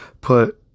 put